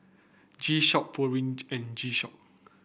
G Shock Pureen and G Shock